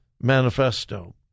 manifesto